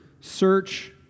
search